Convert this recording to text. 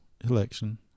election